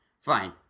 fine